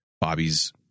Bobby's